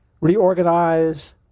reorganize